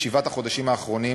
בשבעת החודשים האחרונים